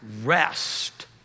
rest